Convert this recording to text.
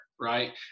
right